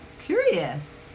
curious